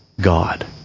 God